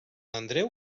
andreu